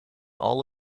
all